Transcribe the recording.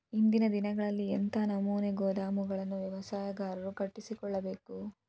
ಇಂದಿನ ದಿನಗಳಲ್ಲಿ ಎಂಥ ನಮೂನೆ ಗೋದಾಮುಗಳನ್ನು ವ್ಯವಸಾಯಗಾರರು ಕಟ್ಟಿಸಿಕೊಳ್ಳಬೇಕು?